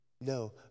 No